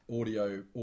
Audio